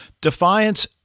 Defiance